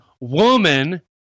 woman